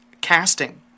Casting